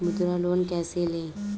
मुद्रा लोन कैसे ले?